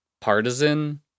partisan